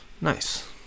nice